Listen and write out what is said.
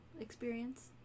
experience